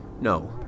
No